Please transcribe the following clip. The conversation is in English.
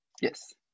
Yes